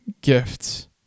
gifts